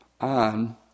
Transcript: on